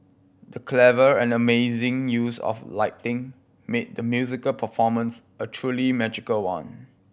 the clever and amazing use of lighting made the musical performance a truly magical one